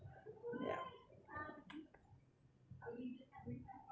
ya